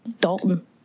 Dalton